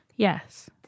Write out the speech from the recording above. Yes